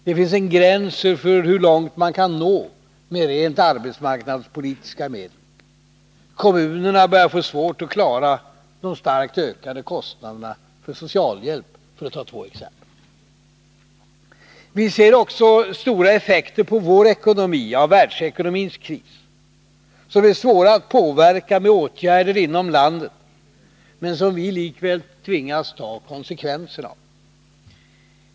Det finns en gräns för hur långt man kan nå med rent arbetsmarknadspolitiska medel. Kommunerna börjar få svårt att klara de starkt ökande kostnaderna för socialhjälp — för att ta två exempel. Visser också stora effekter på vår ekonomi av världsekonomins kris, som är svåra att påverka med åtgärder inom landet men som vi likväl tvingas ta konsekvenserna av.